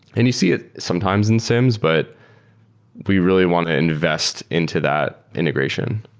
and you see it sometimes in siems, but we really want to invest into that integration.